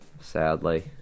sadly